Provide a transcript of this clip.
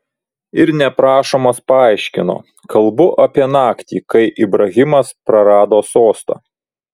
ir neprašomas paaiškino kalbu apie naktį kai ibrahimas prarado sostą